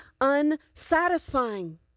unsatisfying